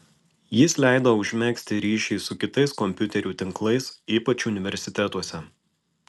jis leido užmegzti ryšį su kitais kompiuterių tinklais ypač universitetuose